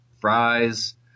fries